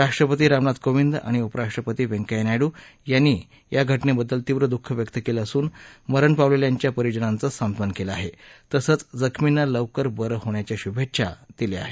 राष्ट्रपती रामनाथ कोविंद यांनी तसंच उपराष्ट्रपती व्यंकय्या नायडू यांनी या घटनेबद्दल तीव्र दुःख व्यक्त केलं असून मरण पावलेल्यांच्या परिजनांचं सांत्वन केलं आहे तसंच जखमींना लवकर बरं होण्याच्या शुभेच्छा दिल्या आहेत